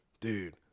Dude